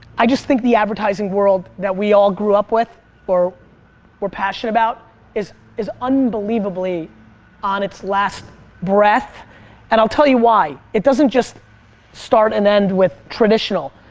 i just think the advertising world that we all grew up with or we're passionate about is is unbelievably on its last breath and i'll tell you why. it doesn't just start and end with traditional.